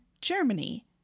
germany